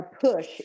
push